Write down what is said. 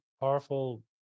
Powerful